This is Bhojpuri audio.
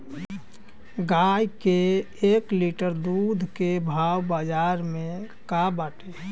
गाय के एक लीटर दूध के भाव बाजार में का बाटे?